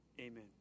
amen